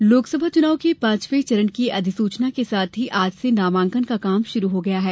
अधिसूचना लोकसभा चुनाव के पांचवे चरण की अधिसुचना के साथ ही आज से नामांकन का काम शुरू हो गया है